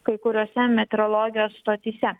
kai kuriose meteorologijos stotyse